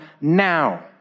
now